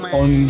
on